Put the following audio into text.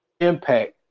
Impact